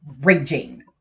raging